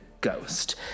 ghost